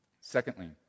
Secondly